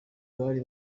bari